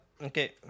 okay